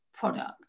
product